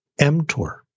mTOR